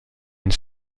une